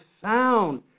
sound